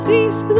peace